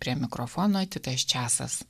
prie mikrofono titas česas